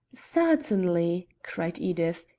certainly, cried edith,